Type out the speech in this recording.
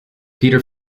peter